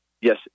yes